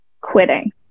quitting